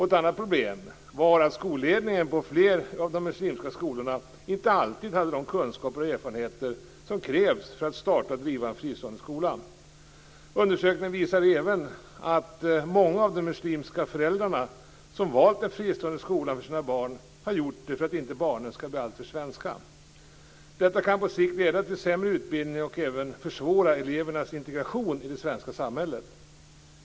Ett annat problem var att skolledningen på flera av de muslimska skolorna inte alltid hade de kunskaper och erfarenheter som krävs för att starta och driva en fristående skola. Undersökningen visar även att många av de muslimska föräldrar som valt den fristående skolan för sina barn har gjort det för att inte barnen skall bli alltför svenska. Detta kan på sikt leda till sämre utbildning och även försvåra elevernas integration i det svenska samhället.